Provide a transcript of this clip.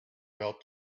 well